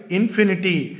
infinity